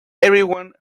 everyone